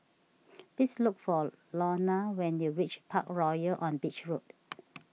please look for Lorna when you reach Parkroyal on Beach Road